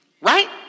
right